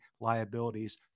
liabilities